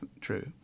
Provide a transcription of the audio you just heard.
true